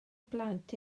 plant